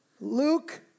Luke